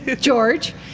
George